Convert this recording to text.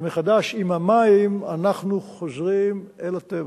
שמחדש עם המים אנחנו חוזרים אל הטבע.